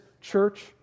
church